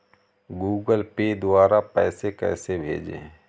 Google Pay द्वारा पैसे कैसे भेजें?